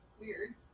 Weird